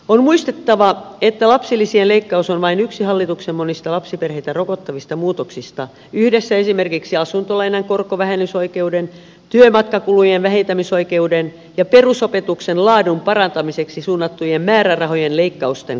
on muistettava että lapsilisien leikkaus on vain yksi hallituksen monista lapsiperheitä rokottavista muutoksista yhdessä esimerkiksi asuntolainan korkovähennysoikeuden työmatkakulujen vähentämisoikeuden ja perusopetuksen laadun parantamiseksi suunnattujen määrärahojen leikkausten kanssa